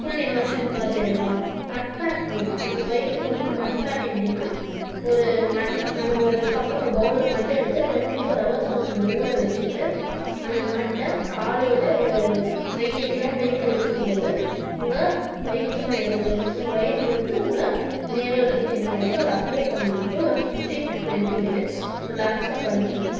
full immersion bath எடுக்கலாம் mud pack போடலாம் நம்ம வயிற்றுக்கு வந்து மட்பேக் எப்படீன்னா ஒரு மட் நம்ம ஒரு கப்பில் ஒரு பவுலில் மட் எடுத்து டுவென்ட்டி ஃபோர் ஹவர்ஸ் அதை நம்ம ஊற வைச்சிட்டு அந்த மட்டை காலையில் ஒரு வெயில் இளம் வெயில் இருக்கும்போது உங்கள் வயிற்று மேலேருந்து உங்கள் வயிருலேருந்து உங்க நேவல் ரீஜியன் வரைக்கும் அதை அப்ளை பண்ணிட்டு ஒரு ஃபிஃப்டீன் டு டுவென்ட்டி மினிட்ஸ் ரிலாக்ஸாக படுத்துக்கணும்